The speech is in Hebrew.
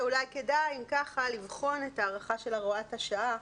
כדאי לבחון את ההארכה של הוראת השעה